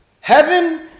Heaven